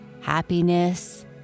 happiness